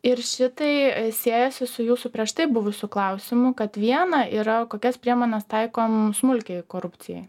ir šitai siejasi su jūsų prieš tai buvusiu klausimu kad viena yra kokias priemones taiko smulkiajai korupcijai